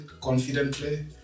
confidently